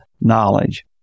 knowledge